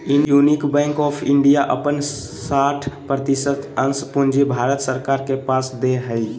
union Bank of India अपन साठ प्रतिशत अंश पूंजी भारत सरकार के पास दे हइ